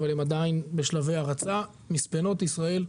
אבל הם עדיין בשלבי הרצה זה מספנות ישראל.